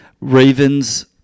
Ravens